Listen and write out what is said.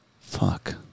fuck